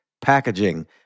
packaging